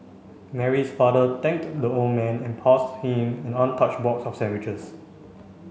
Mary's father thanked the old man and passed him an untouched box of sandwiches